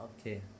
Okay